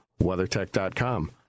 WeatherTech.com